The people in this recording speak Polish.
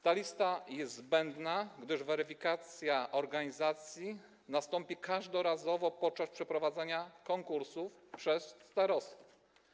Ta lista jest zbędna, gdyż weryfikacja organizacji nastąpi każdorazowo podczas przeprowadzania konkursów przez starostów.